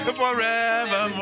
forever